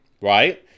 right